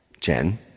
Jen